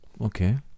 Okay